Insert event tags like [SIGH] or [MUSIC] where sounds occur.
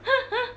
[LAUGHS]